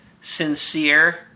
sincere